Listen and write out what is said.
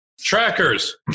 trackers